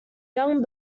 young